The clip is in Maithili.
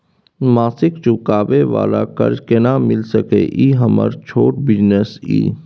मासिक चुकाबै वाला कर्ज केना मिल सकै इ हमर छोट बिजनेस इ?